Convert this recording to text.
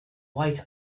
white